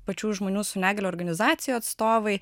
pačių žmonių su negalia organizacijų atstovai